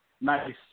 nice